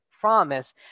promise